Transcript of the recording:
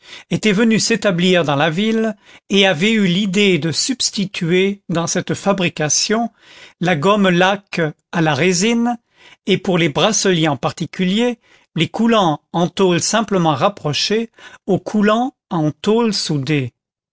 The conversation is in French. était venu s'établir dans la ville et avait eu l'idée de substituer dans cette fabrication la gomme laque à la résine et pour les bracelets en particulier les coulants en tôle simplement rapprochée aux coulants en tôle soudée